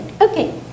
okay